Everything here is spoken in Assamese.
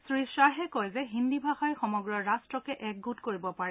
শ্ৰীধাহে কয় যে হিন্দী ভাষাই সমগ্ৰ ৰট্টকে একগোট কৰিব পাৰে